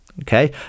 Okay